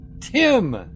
Tim